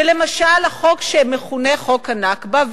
ולמשל, החוק שמכונה חוק ה"נכבה".